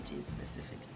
specifically